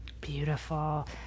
Beautiful